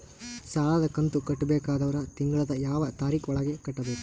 ಸಾಲದ ಕಂತು ಕಟ್ಟಬೇಕಾದರ ತಿಂಗಳದ ಯಾವ ತಾರೀಖ ಒಳಗಾಗಿ ಕಟ್ಟಬೇಕು?